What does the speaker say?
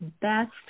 best